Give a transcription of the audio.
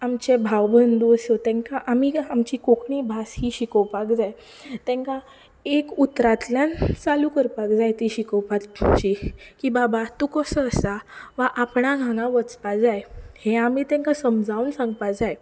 आमचे भावबंदू आसूं तेंका आमी आमची कोंकणी भास ही शिकोवपाक जाय तांकां एक उतरांतल्यान चालू करपाक जाय ती शिकोवपाची की बाबा तूं कसो आसा वा आपणाक हांगा वचपाक जाय हें आमी तांकां समजावन सांगपक जाय